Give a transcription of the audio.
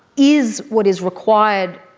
is what is required,